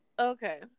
Okay